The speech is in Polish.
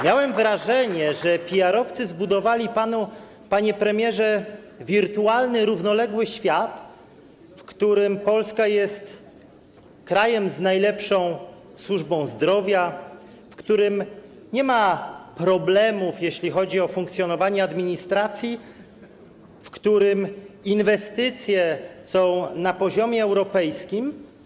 Miałem wrażenie, że PR-owcy zbudowali panu, panie premierze, wirtualny równoległy świat, w którym Polska jest krajem z najlepszą służbą zdrowia, w którym nie ma problemów, jeśli chodzi o funkcjonowanie administracji, w którym inwestycje są na poziomie europejskim.